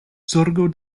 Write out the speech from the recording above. zorgo